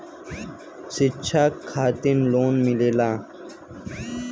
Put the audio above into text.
शिक्षा खातिन लोन मिलेला?